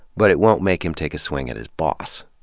but it won't make him take a swing at his boss.